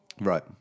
Right